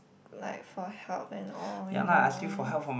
like for help and all you know